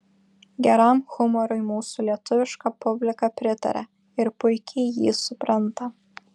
geram humorui mūsų lietuviška publika pritaria ir puikiai jį supranta